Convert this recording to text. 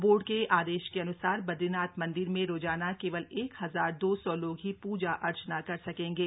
board के आदेश के अन्सार बद्गीनाथ मंदिर में रोजाना केवल एक हजार दो सौ लोग ही पूजा अर्चना कर सकेंगे